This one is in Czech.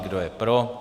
Kdo je pro?